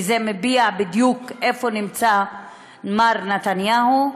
כי זה מביע בדיוק איפה נמצא מר נתניהו,